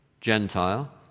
Gentile